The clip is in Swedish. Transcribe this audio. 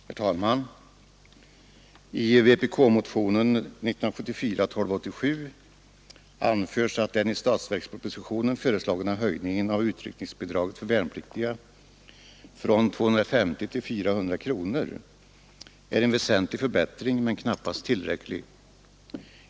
Herr talman! I vpk-motionen 1974:1287 anförs att den i statsverkspropositionen föreslagna höjningen av utryckningsbidraget för värnpliktiga från 250 till 400 kronor är ”en väsentlig förbättring, men knappast tillräcklig”.